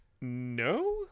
no